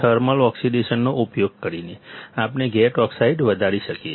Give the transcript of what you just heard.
thermal ઓક્સિડેશનનો ઉપયોગ કરીને આપણે ગેટ ઓક્સાઇડ વધારી શકીએ છીએ